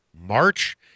March